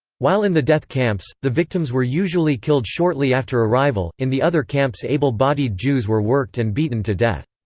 while in the death camps, the victims were usually killed shortly after arrival, in the other camps able-bodied jews were worked and beaten to death.